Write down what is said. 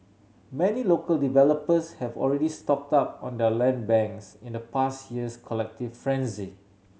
many local developers have already stocked up on their land banks in the past year's collective frenzy